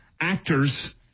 actors